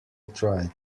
tried